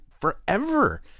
forever